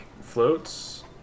floats